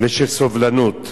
ושל סובלנות.